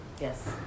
yes